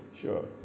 sure